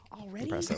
Already